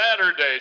Saturday